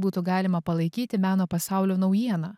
būtų galima palaikyti meno pasaulio naujiena